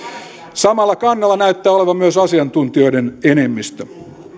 samalla kannalla näyttää olevan myös asiantuntijoiden enemmistö